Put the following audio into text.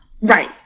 Right